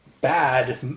bad